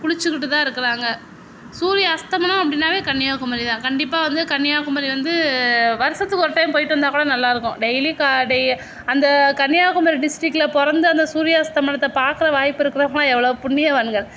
குளிச்சிக்கிட்டு தான் இருக்கிறாங்க சூரிய அஸ்தமனம் அப்படீன்னாவே கன்னியாகுமரி தான் கண்டிப்பாக வந்து கன்னியாகுமரி வந்து வருஷத்துக்கு ஒரு டைம் போயிவிட்டு வந்தால் கூட நல்லாயிருக்கும் டெய்லி கா டெய் அந்த கன்னியாகுமரி டிஸ்டிக்கில் பிறந்து அந்த சூரிய அஸ்தமனத்தை பார்க்குற வாய்ப்பு இருக்கிறவங்க எவ்வளோ புண்ணியவான்கள்